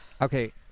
Okay